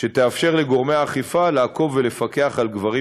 שתאפשר לגורמי האכיפה לעקוב ולפקח על גברים